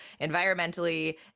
environmentally